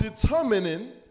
determining